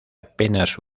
apenas